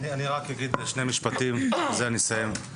אגיד רק שני משפטים ובזה אסיים.